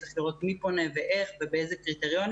צריך לראות מי פונה ואיך ובאילו קריטריונים.